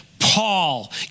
Paul